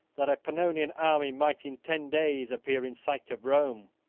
that a pannonian army might in ten days appear in sight of rome.